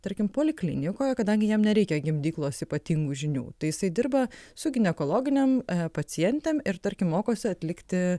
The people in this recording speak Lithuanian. tarkim poliklinikoje kadangi jam nereikia gimdyklos ypatingų žinių tai jisai dirba su ginekologinėm pacientėm ir tarkim mokosi atlikti